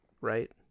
Right